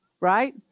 right